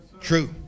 True